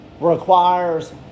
requires